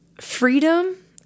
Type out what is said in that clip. freedom